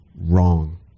wrong